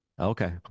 Okay